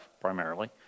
primarily